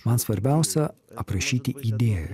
man svarbiausia aprašyti idėją